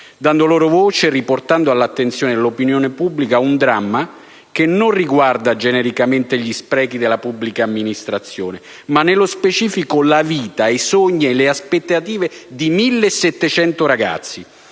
dando voce e riportando all'attenzione dell'opinione pubblica un dramma che non riguarda genericamente gli sprechi della pubblica amministrazione, ma nello specifico la vita, i sogni e le aspettative di 1.700 ragazzi.